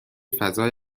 فضای